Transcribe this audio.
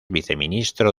viceministro